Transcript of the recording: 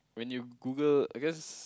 when you Google because